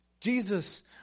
Jesus